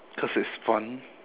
cause it's fun